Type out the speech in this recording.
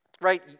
right